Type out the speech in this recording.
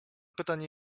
pytanie